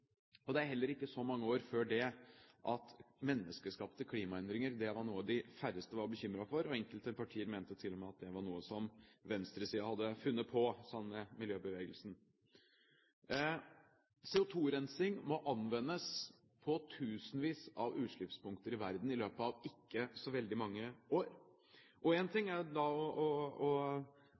fiction. Det er heller ikke så mange år siden menneskeskapte klimaendringer var noe de færreste var bekymret for – enkelte partier mente til og med at det var noe som venstresiden hadde funnet på sammen med miljøbevegelsen. CO2-rensing må anvendes på tusenvis av utslippspunkter i verden i løpet av ikke så veldig mange år. Én ting er å